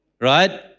Right